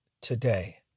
today